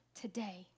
today